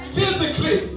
Physically